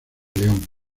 león